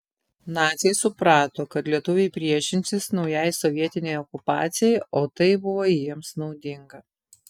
naciai suprato kad lietuviai priešinsis naujai sovietinei okupacijai o tai buvo jiems naudinga